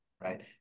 right